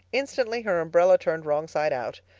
instantly her umbrella turned wrong side out.